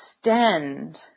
extend